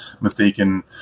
mistaken